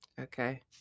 Okay